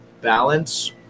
balance